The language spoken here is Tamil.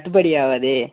கட்டுப்படி ஆவாதே